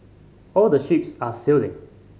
all the ships are sailing